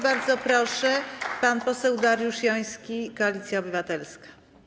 Bardzo proszę, pan poseł Dariusz Joński, Koalicja Obywatelska.